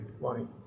money